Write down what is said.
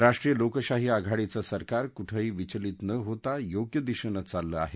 राष्ट्रीय लोकशाही आघाडीचं सरकार कुठंही विचलित न होता योग्य दिशेनं चाललं आहे